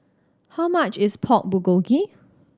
how much is Pork Bulgogi